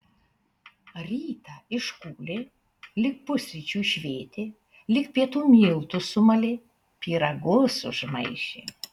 rytą iškūlė lig pusryčių išvėtė lig pietų miltus sumalė pyragus užmaišė